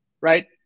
right